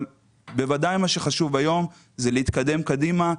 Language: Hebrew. מה שחשוב היום זה להתקדם קדימה.